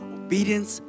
obedience